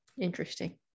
interesting